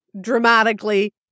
dramatically